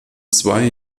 zwei